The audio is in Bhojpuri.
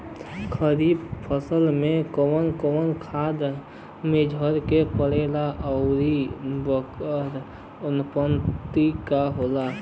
खरीफ फसल में कवन कवन खाद्य मेझर के पड़ी अउर वोकर अनुपात का होई?